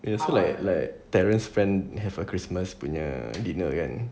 okay also like like terrence friend have a christmas punya dinner kan